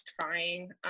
trying